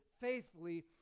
faithfully